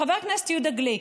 חבר הכנסת יהודה גליק,